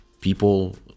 people